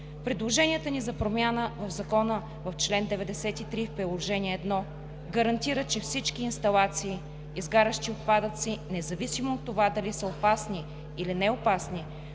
Предложенията ни за промяна в Закона в чл. 93, в Приложение № 1 гарантира, че всички инсталации, изгарящи отпадъци, независимо от това дали са опасни, или неопасни,